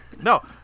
No